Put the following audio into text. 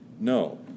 No